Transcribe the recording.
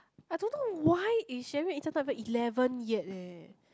I don't know why not even eleven yet leh